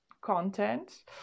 content